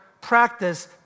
practice